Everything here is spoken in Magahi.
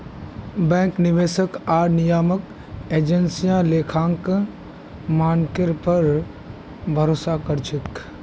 बैंक, निवेशक आर नियामक एजेंसियां लेखांकन मानकेर पर भरोसा कर छेक